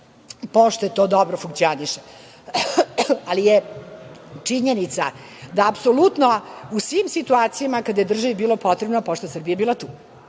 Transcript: Pošte, to dobro funkcioniše. Činjenica je da apsolutno u svim situacijama kada je državi bila potrebna, Pošta Srbije je bila tu.